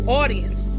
audience